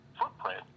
footprint